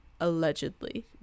allegedly